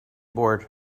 board